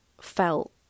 felt